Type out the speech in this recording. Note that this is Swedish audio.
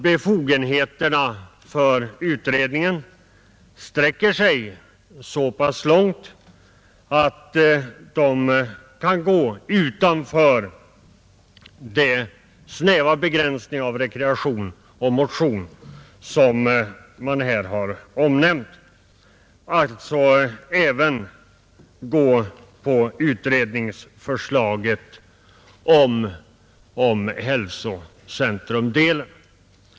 Utredningens befogenheter sträcker sig nog så långt, att den kan gå utanför den snäva begränsningen till rekreation och motion och således även ta upp förslaget om ett hälsocentrum.